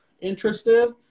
interested